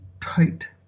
tight